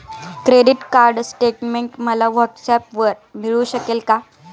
Credit card statement मला व्हॉट्सऍपवर मिळू शकेल का?